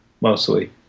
mostly